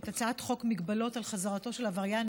את הצעת חוק מגבלות על חזרתו של עבריין